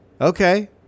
Okay